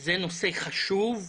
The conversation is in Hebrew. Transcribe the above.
זה נושא חשוב.